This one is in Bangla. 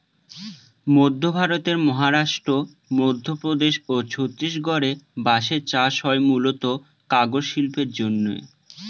মধ্য ভারতের মহারাষ্ট্র, মধ্যপ্রদেশ ও ছত্তিশগড়ে বাঁশের চাষ হয় মূলতঃ কাগজ শিল্পের জন্যে